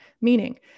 meaning